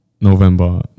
November